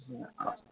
অ